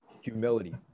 humility